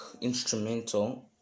instrumental